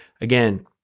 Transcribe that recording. Again